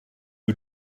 who